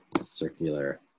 circular